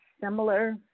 similar